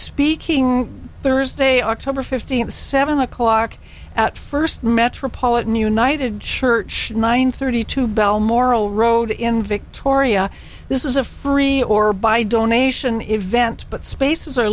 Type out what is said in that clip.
speaking thursday october fifteenth seven o'clock at first metropolitan united church one thirty two balmoral road in victoria this is a free or by donation if vent but spaces are